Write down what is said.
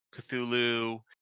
Cthulhu